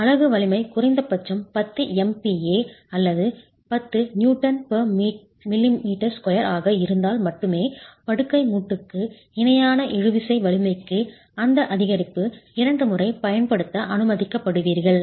அலகு வலிமை குறைந்தபட்சம் 10 MPa அல்லது 10 Nmm2 ஆக இருந்தால் மட்டுமே படுக்கை மூட்டுக்கு இணையான இழுவிசை வலிமைக்கு அந்த அதிகரிப்பை இரண்டு முறை பயன்படுத்த அனுமதிக்கப்படுவீர்கள்